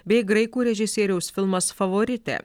bei graikų režisieriaus filmas favoritė